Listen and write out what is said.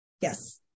Yes